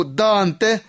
dante